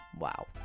Wow